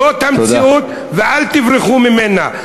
זאת המציאות ואל תברחו ממנה.